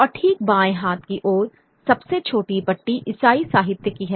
और ठीक बाएं हाथ की ओर सबसे छोटी पट्टी ईसाई साहित्य की है